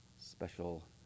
special